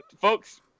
folks